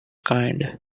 kind